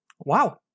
Wow